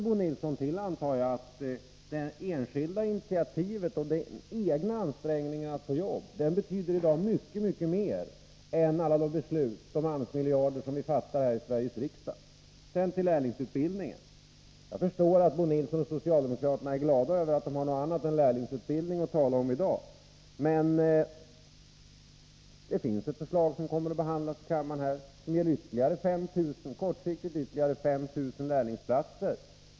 Bo Nilsson känner väl till att det enskilda initiativet och den egna ansträngningen att få jobb betyder mycket mer än alla de beslut om AMS-miljarder som vi fattar här i Sveriges riksdag. Sedan till lärlingsutbildningen. Jag förstår att Bo Nilsson och socialdemokraterna är glada över att ha någonting annat än lärlingsutbildning att tala om i dag. Men det finns ett förslag som skall behandlas i kammaren som kortsiktigt ger ytterligare 5 000 lärlingsplatser.